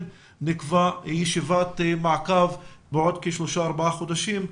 נקבע ישיבת מעקב בעוד כשלושה-ארבעה חודשים,